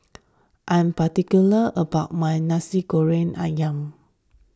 I'm particular about my Nasi Goreng Ayam